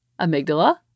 amygdala